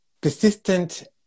persistent